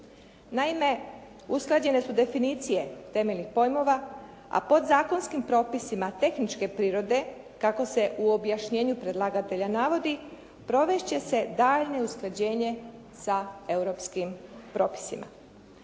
Naime, usklađene su definicije temeljnih pojmova, a podzakonskim propisima tehničke prirode kako se u objašnjenju predlagatelja navodi provest će se daljnje usklađenje sa europskim propisima.